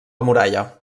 muralla